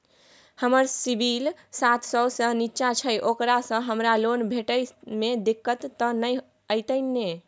हमर सिबिल सात सौ से निचा छै ओकरा से हमरा लोन भेटय में दिक्कत त नय अयतै ने?